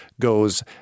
goes